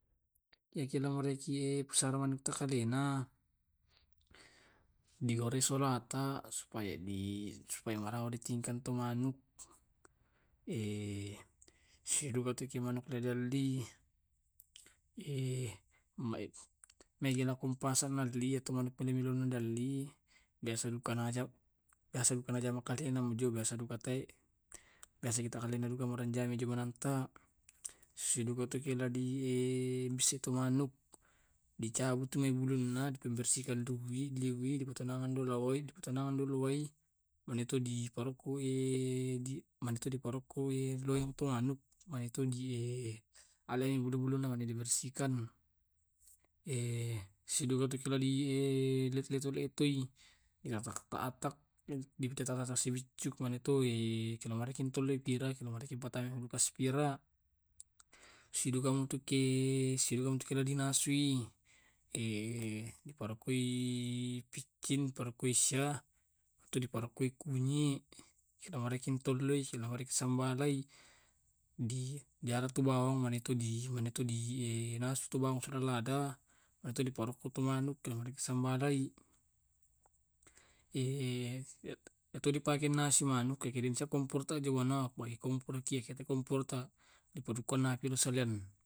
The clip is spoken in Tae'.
Iyaki la merakie pusara manita kadena. Diorisoloata supaya di supaya marawa ditingka to manuk sisidukaki tu manuk dadali. mae maegalakun pasan alli ya to manuk dadali biasa biasa nukanajab biasa duka tei biasa kita kale munanranjo mi anaanta. Sisidukaki tu le la di bisai tu manuk, dicabut tu mai bulunna, dipembersihkan dui dui dipatonganan dolo wai dipatonangan dolo wai, mane to diparokko mane tu diparokkoi loi tu manuk, mane to alai bulu-buluna dibersihkan. Sisidukaki letoi-letoi ditata-tata ditata-tata si biccu manitoi pirai mane tu dipatama ki sipira. Sisidukaki tu sisidukaki dinasui diparokkoi piccin, diparokkoi syah, atau diparokkoi kunyi, si roamareking tolloi, si roamareking sambalai dialai tu bawang mane tu di mane tu nasi to bawang su bawa lada. Manetu diparokko to manu sambalai ya to dipakai nasi manuk, sa kompor ta apa na wai kompor ki kompor ta kompor usalian.